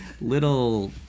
little